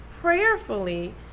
prayerfully